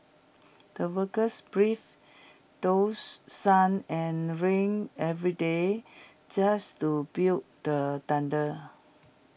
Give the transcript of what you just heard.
the workers braved dose sun and rain every day just to build the dander